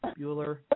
Bueller